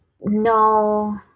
No